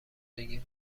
بگیر